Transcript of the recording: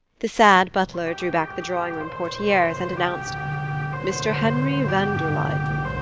the sad butler drew back the drawing-room portieres and announced mr. henry van der luyden.